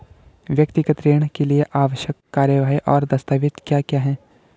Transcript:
व्यक्तिगत ऋण के लिए आवश्यक कार्यवाही और दस्तावेज़ क्या क्या हैं?